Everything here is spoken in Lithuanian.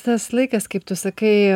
tas laikas kaip tu sakai